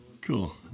Cool